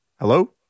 hello